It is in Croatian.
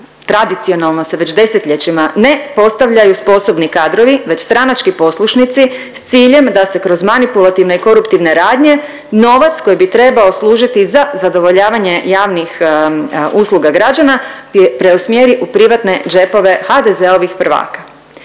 tradicionalno se već desetljećima ne postavljaju sposobni kadrovi već stranački poslušnici s ciljem da se kroz manipulativne i koruptivne radnje novac koji bi trebao služiti za zadovoljavanje javnih usluga građana preusmjeri u privatne džepove HDZ-ovih prvaka.